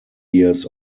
years